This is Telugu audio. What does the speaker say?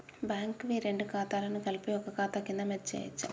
బ్యాంక్ వి రెండు ఖాతాలను కలిపి ఒక ఖాతా కింద మెర్జ్ చేయచ్చా?